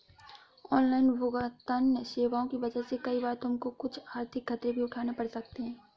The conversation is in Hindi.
ऑनलाइन भुगतन्न सेवाओं की वजह से कई बार तुमको कुछ आर्थिक खतरे भी उठाने पड़ सकते हैं